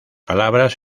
palabras